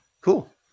cool